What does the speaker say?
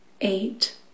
eight